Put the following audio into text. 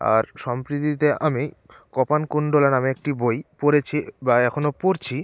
আর সম্প্রতি আমি কপালকুণ্ডলা নামে একটি বই পড়েছি বা এখনো পড়ছি